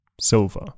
silver